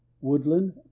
Woodland